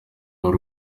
w’u